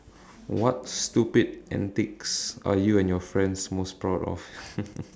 what stupid antics are you and your friends most proud of